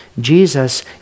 Jesus